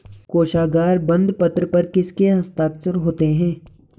कोशागार बंदपत्र पर किसके हस्ताक्षर होते हैं?